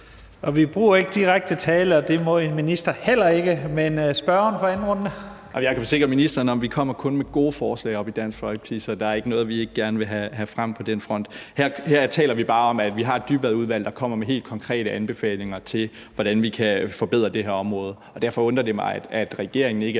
Vi bruger ikke direkte tiltale, og det må en minister heller ikke. Men nu er det spørgeren for sin anden korte bemærkning. Kl. 11:55 Mikkel Bjørn (DF): Jeg kan forsikre ministeren om, at vi kun kommer med gode forslag oppe i Dansk Folkeparti, så der er ikke noget, vi ikke gerne vil have frem på den front. Her taler vi bare om, at vi har et Dybvadudvalg, der kommer med helt konkrete anbefalinger til, hvordan vi kan forbedre det her område. Og derfor undrer det mig, at regeringen ikke er